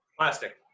plastic